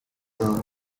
round